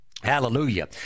Hallelujah